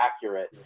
accurate